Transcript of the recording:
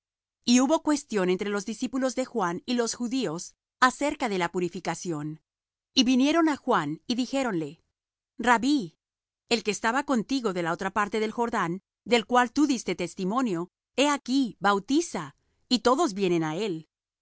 y hubo cuestión entre los discípulos de juan y los judíos acerca de la purificación y vinieron á juan y dijéronle rabbí el que estaba contigo de la otra parte del jordán del cual tú diste testimonio he aquí bautiza y todos vienen á él